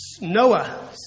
Noah